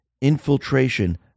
Infiltration